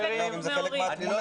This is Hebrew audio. בדיון הראשון הם אמרו משהו אחר.